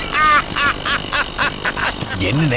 i yeah